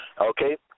okay